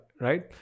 right